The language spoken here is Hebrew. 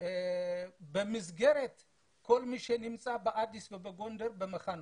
לגבי מי שנמצא במחנות בגונדר ובאדיס.